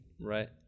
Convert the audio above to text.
right